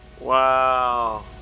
Wow